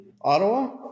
Ottawa